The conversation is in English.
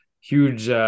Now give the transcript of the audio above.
Huge